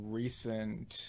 recent